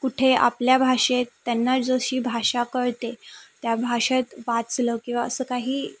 कुठे आपल्या भाषेत त्यांना जशी भाषा कळते त्या भाषेत वाचलं किंवा असं काही